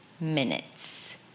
minutes